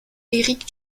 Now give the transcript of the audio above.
éric